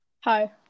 hi